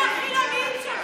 אם לא החילונים שהלכו והצביעו,